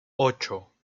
ocho